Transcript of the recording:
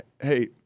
hey